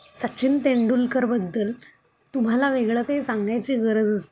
सचिन तेंडुलकरबद्दल तुम्हाला वेगळं काही सांगायची गरजच नाही